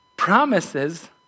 Promises